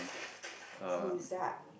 um